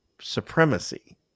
supremacy